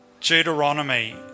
Deuteronomy